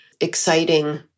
exciting